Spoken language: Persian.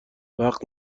وقت